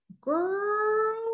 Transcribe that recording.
girl